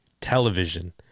television